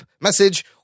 message